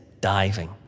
diving